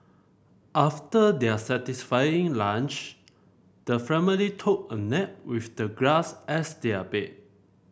after their satisfying lunch the family took a nap with the grass as their bed